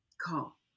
call